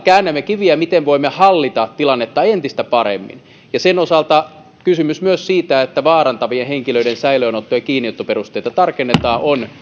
käännämme kiviä siinä miten voimme hallita tilannetta entistä paremmin ja sen osalta myös kysymys siitä että vaarantavien henkilöiden säilöönotto ja kiinniottoperusteita tarkennetaan on